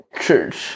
church